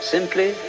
Simply